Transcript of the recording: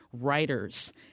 writers